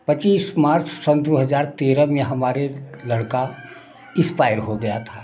पचीस मार्च सन दो हजार तेरह में हमारे लड़का इस्पायर हो गया था